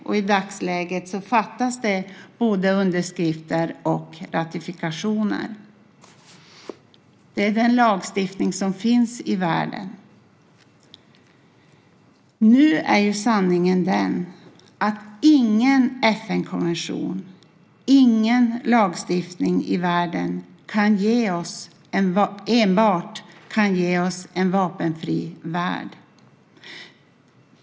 I dagsläget fattas det både underskrifter och ratifikationer. Det är den lagstiftning som finns i världen. Nu är ju sanningen den att ingen FN-konvention, ingen lagstiftning i världen kan ge oss en vapenfri värld.